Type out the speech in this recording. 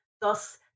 Thus